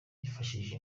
nifashishije